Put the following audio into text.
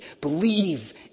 believe